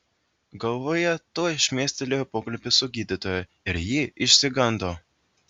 galvoje tuoj šmėstelėjo pokalbis su gydytoju ir ji išsigando